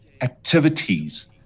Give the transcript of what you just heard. activities